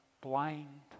blind